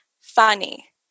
funny